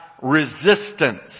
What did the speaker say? resistance